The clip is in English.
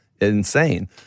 insane